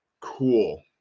Cool